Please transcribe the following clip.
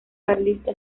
carlista